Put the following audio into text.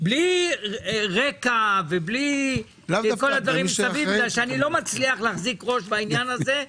בלי רקע ובלי כל הדברים מסביב כי אני לא מצליח להחזיק ראש בעניין הזה.